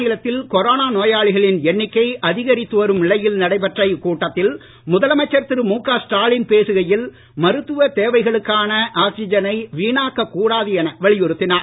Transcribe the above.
மாநிலத்தில் கொரோனா நோயாளிகளின் எண்ணிக்கை அதிகரித்து வரும் நிலையில் நடைபெற்ற இக்கூட்டத்தில் முதலமைச்சர் திரு முக ஸ்டாலின் பேசுகையில் மருத்துவ தேவைகளுக்கான ஆக்சிஜனை வீணாக்க கூடாது என வலியுறுத்தினார்